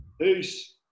Peace